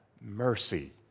mercy